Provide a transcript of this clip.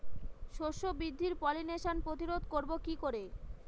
শস্য বৃদ্ধির পলিনেশান প্রতিরোধ করব কি করে?